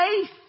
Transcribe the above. faith